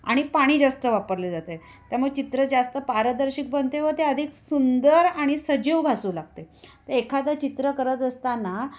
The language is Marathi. आणि पाणी जास्त वापरले जाते त्यामुळे चित्र जास्त पारदर्शक बनते व ते अधिक सुंदर आणि सजीव भासू लागते त एखादं चित्र करत असताना